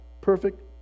perfect